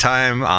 Time